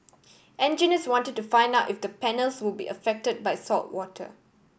engineers wanted to find out if the panels would be affected by saltwater